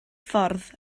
ffordd